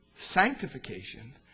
sanctification